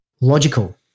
logical